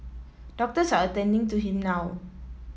doctors are attending to him now